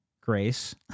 grace